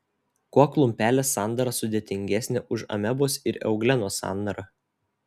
kuo klumpelės sandara sudėtingesnė už amebos ir euglenos sandarą